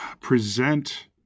present